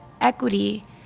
equity